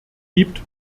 gibt